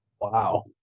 Wow